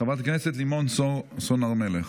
חברת הכנסת לימור סון הר מלך,